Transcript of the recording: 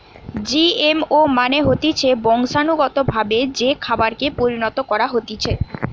GMO মানে হতিছে বংশানুগতভাবে যে খাবারকে পরিণত করা হতিছে